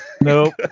Nope